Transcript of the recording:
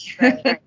Right